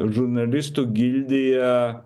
žurnalistų gildija